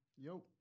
Yo